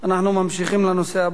אנחנו ממשיכים לנושא הבא.